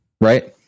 right